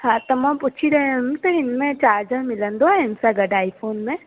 हा त मां पुछी रहियमि की हिन में चार्जर मिलंदो आहे हिन सां गॾु आई फ़ोन में